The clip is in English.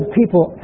people